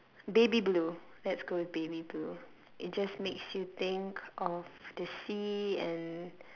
baby blue let's go with baby blue it just makes you think of the sea and